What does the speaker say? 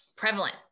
prevalent